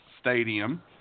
stadium